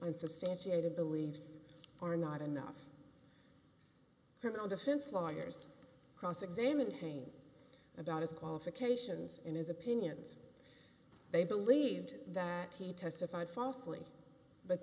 unsubstantiated believes are not enough criminal defense lawyers cross examined him about his qualifications in his opinions they believed that he testified falsely but